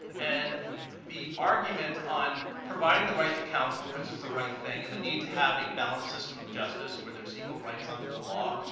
and the argument on providing the right to counsel, because it's the right thing and a need to have a balance system of justice where there is equal rights under the law,